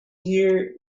here